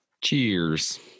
Cheers